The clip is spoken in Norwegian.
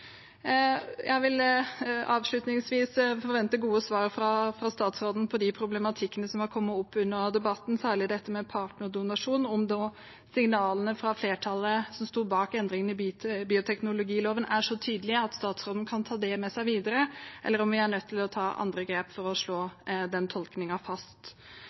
Jeg vil ellers si at jeg forventer gode svar fra statsråden på de problematikkene som har kommet opp under debatten, særlig dette med partnerdonasjon – om signalene fra flertallet som sto bak endringene i bioteknologiloven, er så tydelige at statsråden kan ta det med seg videre, eller om vi er nødt til å ta andre grep for å slå den tolkningen fast.